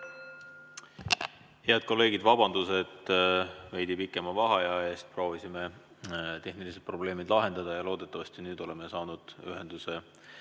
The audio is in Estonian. Head kolleegid, vabandust veidi pikema vaheaja pärast! Proovisime tehnilised probleemid lahendada. Loodetavasti nüüd oleme saanud ühenduse